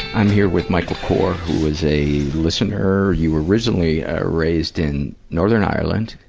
i'm here with michael corr, who is a listener. you were originally ah raised in northern ireland.